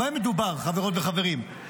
במה מדובר, חברות וחברים?